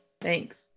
Thanks